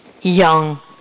young